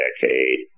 decade